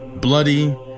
bloody